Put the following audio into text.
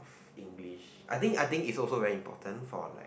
English I think I think is also very important for like